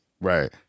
Right